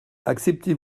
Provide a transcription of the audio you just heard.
acceptez